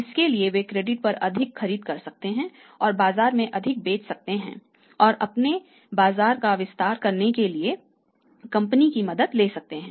इसके लिए वे क्रेडिट पर अधिक खरीद सकते हैं और बाजार में अधिक बेच सकते हैं और अपने बाजार का विस्तार करने के लिए कंपनी की मदद ले सकते हैं